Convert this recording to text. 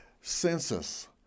census